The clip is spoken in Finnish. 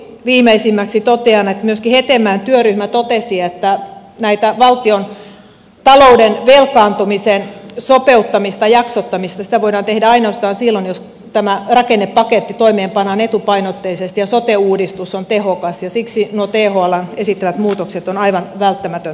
ihan lopuksi viimeisimmäksi totean että myöskin hetemäen työryhmä totesi että tätä valtion talouden velkaantumisen sopeuttamista jaksottamista voidaan tehdä ainoastaan silloin jos tämä rakennepaketti toimeenpannaan etupainotteisesti ja sote uudistus on tehokas ja siksi nuo thln esittämät muutokset on aivan välttämätöntä tehdä